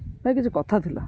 ହଁ ଭାଈ କିଛି କଥା ଥିଲା